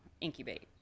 incubate